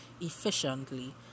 efficiently